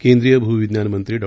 केंद्रीय भूविज्ञान मंत्री डॉ